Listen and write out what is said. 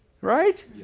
Right